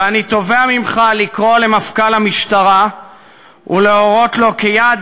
ואני תובע ממך לקרוא למפכ"ל המשטרה ולהורות לו כיעד